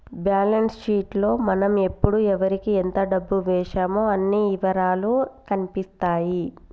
balance sheet లో మనం ఎప్పుడు ఎవరికీ ఎంత డబ్బు వేశామో అన్ని ఇవరాలూ కనిపిత్తాయి